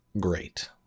great